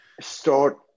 start